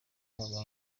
mabanga